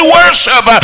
worship